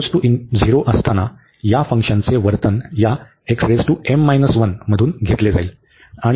तर असताना या फंक्शनाचे वर्तन या मधून घेतले जाईल